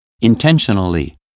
intentionally